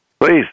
Please